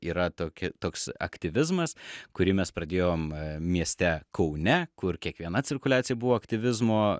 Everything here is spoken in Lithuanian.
yra tokie toks aktyvizmas kurį mes pradėjom mieste kaune kur kiekviena cirkuliacija buvo aktyvizmo